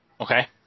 Okay